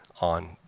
on